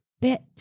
bit